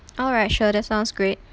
alright sure that sounds great